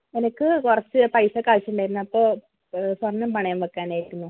എനിക്ക് കുറച്ച് പൈസക്ക് ആവശ്യം ഉണ്ടായിരുന്നു അപ്പം സ്വർണ്ണം പണയം വയ്ക്കാൻ ആയിരുന്നു